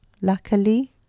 luckily